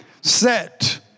Set